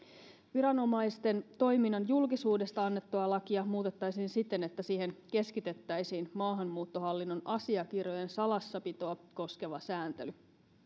viranomaisten toiminnan julkisuudesta annettua lakia muutettaisiin siten että siihen keskitettäisiin maahanmuuttohallinnon asiakirjojen salassapitoa koskeva sääntely